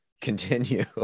continue